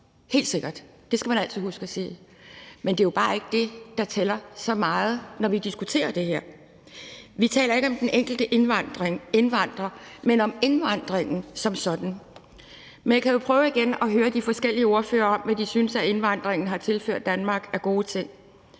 helt sikkert – det skal man altid huske at sige. Men det er jo bare ikke det, der tæller så meget, når vi diskuterer det her. Vi taler ikke om den enkelte indvandrer, men om indvandringen som sådan. Men jeg kan jo prøve igen at spørge de forskellige ordførere om, hvad de synes at indvandringen har tilført Danmark af gode ting.